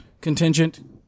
contingent